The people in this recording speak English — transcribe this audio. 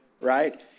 Right